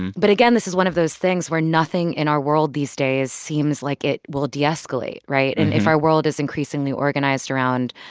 but, again, this is one of those things where nothing in our world these days seems like it will de-escalate, right? and if our world is increasingly organized around